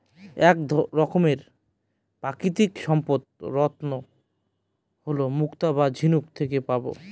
এক রকমের প্রাকৃতিক সম্পদ রত্ন হল মুক্তা যা ঝিনুক থেকে পাবো